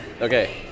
Okay